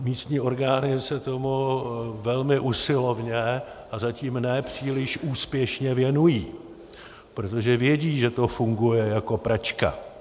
Místní orgány se tomu velmi usilovně a zatím ne příliš úspěšně věnují, protože vědí, že to funguje jako pračka.